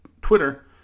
Twitter